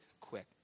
quick